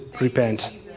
repent